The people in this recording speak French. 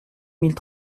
mille